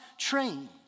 train